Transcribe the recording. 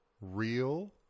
real